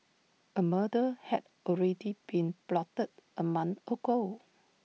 A murder had already been plotted A month ago